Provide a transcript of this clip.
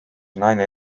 naine